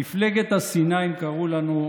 "מפלגת השנאה" הם קראו לנו,